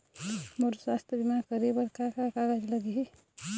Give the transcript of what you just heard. मोर स्वस्थ बीमा करे बर का का कागज लगही?